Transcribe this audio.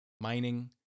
mining